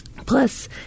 Plus